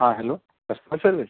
हा hello customer service